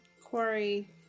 Quarry